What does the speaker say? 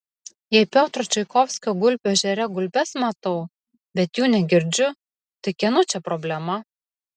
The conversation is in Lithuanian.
jei piotro čaikovskio gulbių ežere gulbes matau bet jų negirdžiu tai kieno čia problema